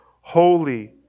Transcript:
holy